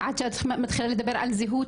עד שאת מתחילה לדבר על זהות,